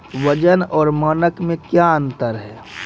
वजन और मानक मे क्या अंतर हैं?